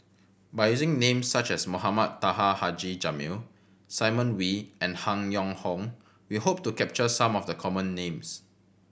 by using names such as Mohamed Taha Haji Jamil Simon Wee and Han Yong Hong we hope to capture some of the common names